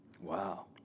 Wow